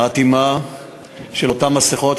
האטימה של אותן מסכות,